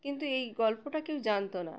কিন্তু এই গল্পটা কেউ জানত না